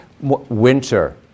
Winter